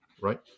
right